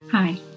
Hi